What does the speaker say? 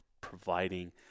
providing